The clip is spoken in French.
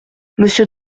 monsieur